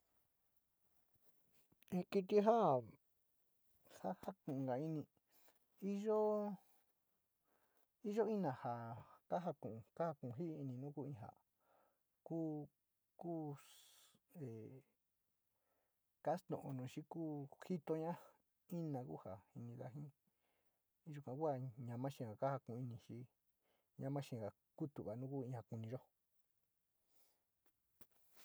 In kiti jaa, ja jakuga ini, iyo ina jaa kaju kuu, kajo kuu jii ini ku, ku, kostu´u nua xi ku jitoña ina kuja jiniga yuka ku ja ñama xaa jako´u ini xi ñama xeega ja kutu´uga nu ja koniyo.